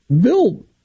Bill